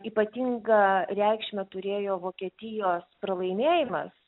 ypatingą reikšmę turėjo vokietijos pralaimėjimas